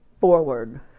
forward